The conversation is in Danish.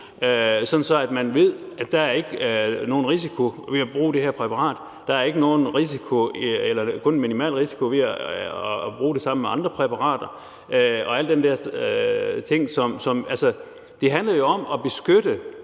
at man ved, at der ikke er nogen risiko ved at bruge det her præparat, og at der kun er en minimal risiko ved at bruge det sammen med andre præparater. Altså, det handler jo om at beskytte